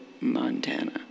Montana